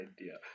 idea